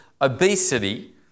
obesity